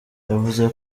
yavuze